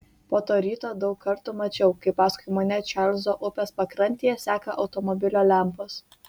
po to ryto daug kartų mačiau kaip paskui mane čarlzo upės pakrantėje seka automobilio lempos